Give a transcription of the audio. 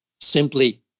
simply